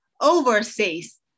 overseas